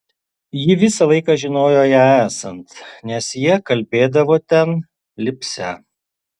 ji visą laiką žinojo ją esant nes jie kalbėdavo ten lipsią